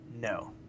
no